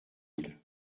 île